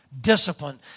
discipline